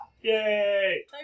Yay